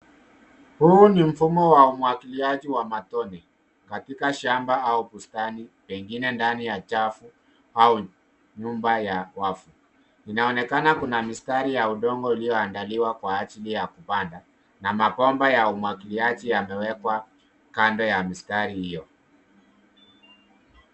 Huu ni mfumo wa umwagiliaji wa matone katika shamba au bustani, pengine ndani ya chafu au nyumba ya wavu. Inaonekana kuna mistari ya udongo ulioandaliwa kwa ajili ya kupanda, na mabomba ya umwagiliaji yamewekwa kando ya mistari hiyo.